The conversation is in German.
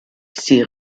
sie